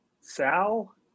Sal